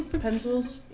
pencils